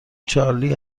چارلی